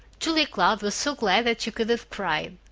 julia cloud was so glad that she could have cried.